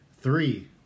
three